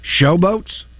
Showboats